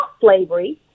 slavery